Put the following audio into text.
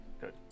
Good